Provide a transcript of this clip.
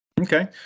Okay